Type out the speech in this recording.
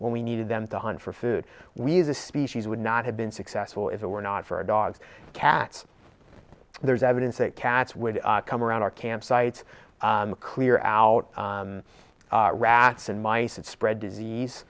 when we needed them to hunt for food we as a species would not have been successful if it were not for our dogs cats there's evidence that cats would come around our campsites clear out rats and mice and spread disease